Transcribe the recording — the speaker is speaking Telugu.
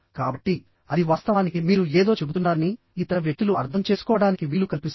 కాబట్టి అది వాస్తవానికి మీరు ఏదో చెబుతున్నారని ఇతర వ్యక్తులు అర్థం చేసుకోవడానికి వీలు కల్పిస్తుంది